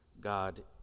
God